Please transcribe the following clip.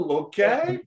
okay